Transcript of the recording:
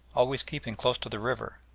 always keeping close to the river,